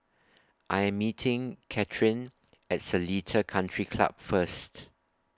I Am meeting Catherine At Seletar Country Club First